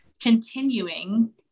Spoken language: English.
continuing